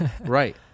Right